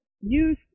use